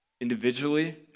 individually